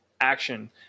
action